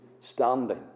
standing